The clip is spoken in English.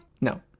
No